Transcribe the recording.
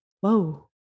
Whoa